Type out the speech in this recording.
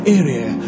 area